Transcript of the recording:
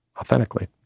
authentically